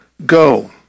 Go